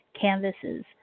canvases